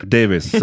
Davis